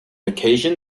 occasion